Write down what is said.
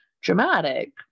dramatic